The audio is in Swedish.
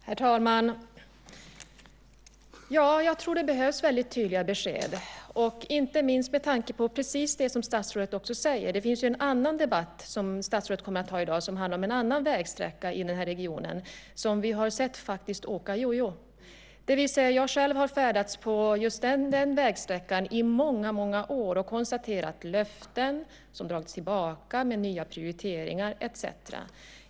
Herr talman! Jag tror att det behövs väldigt tydliga besked, inte minst med tanke på det som statsrådet säger. Statsrådet kommer ju att ha en annan debatt i dag som handlar om en annan vägsträcka i den här regionen som faktiskt har behandlats som en jojo. Jag själv har färdats på just den vägsträckan i många år och konstaterat att löften har dragits tillbaka med nya prioriteringar etcetera.